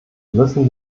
müssen